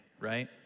right